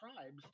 tribes